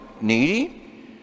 needy